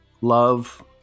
love